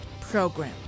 program